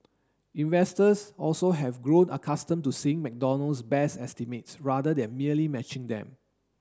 investors also have grown accustomed to seeing McDonald's beat estimates rather than merely matching them